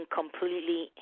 completely